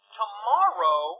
tomorrow